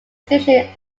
station